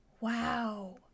Wow